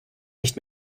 nicht